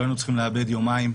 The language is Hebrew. לא היינו צריכים לאבד יומיים.